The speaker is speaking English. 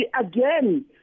again